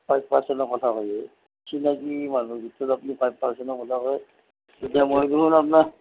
five পাৰচেণ্টৰ কথা ক'লে চিনাকি মানুহৰ ভিতৰত আপুনি ফাইভ পাৰচেণ্টৰ কথা কয় এতিয়া মই দেখোন আপোনাৰ